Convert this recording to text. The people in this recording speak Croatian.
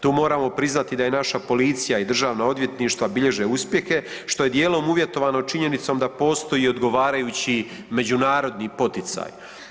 Tu moramo priznati da je naša policija i državna odvjetništva bilježe uspjehe što je dijelom uvjetovano činjenicom da postoji odgovarajući međunarodni poticaj.